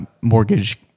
mortgage